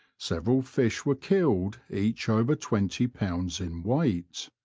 several fish were killed each over twenty lbs. in weight.